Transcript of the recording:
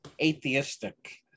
atheistic